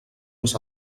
més